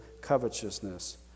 covetousness